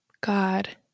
God